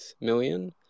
million